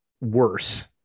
worse